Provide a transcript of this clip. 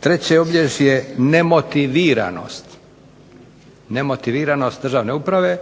Treće obilježje nemotiviranost državne uprave.